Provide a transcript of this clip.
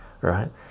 right